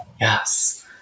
Yes